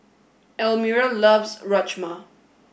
Almira loves Rajma